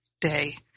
day